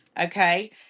Okay